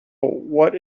what